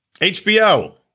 hbo